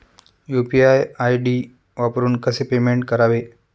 UPI ID वापरून कसे payment करावे?